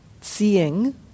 seeing